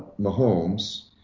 Mahomes